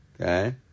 Okay